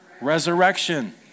Resurrection